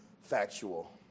factual